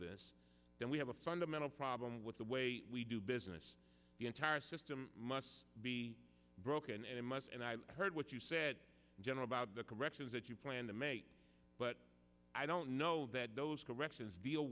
this then we have a fundamental problem with the way we do business the entire system must be broken and it must and i heard what you said in general about the corrections that you plan to make but i don't know that those corrections deal